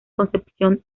concepción